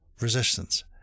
resistance